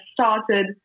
started